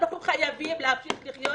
אנחנו חייבים להמשיך לחיות.